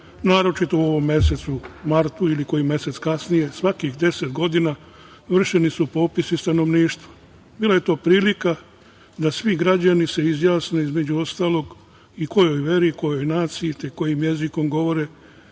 naročito u ovom mesecu martu ili koji mesec kasnije, svakih deset godina vršeni su popisi stanovništva. Bila je to prilika da svi građani se izjasne, između ostalog, i kojoj veri, kojoj naciji, te kojim jezikom govore